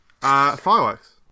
Fireworks